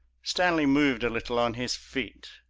stanley moved a little on his feet.